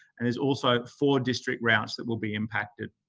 and there's also four district routes that will be impacted.